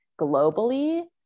globally